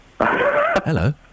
Hello